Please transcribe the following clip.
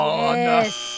yes